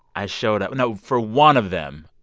i showed up no, for one of them,